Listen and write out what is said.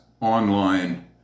online